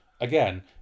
again